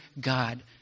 God